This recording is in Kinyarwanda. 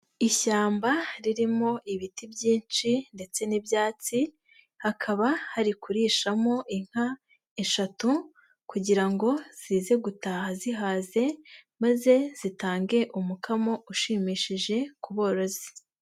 Ishyamba ririmo ibiti byinshi ndetse n'ibyatsi, hakaba hari kurishamo inka eshatu kugira ngo zize gutaha zihaze maze zitange umukamo ushimishije ku borozi.